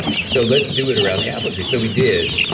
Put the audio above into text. so let's do it around the apple tree. so we did.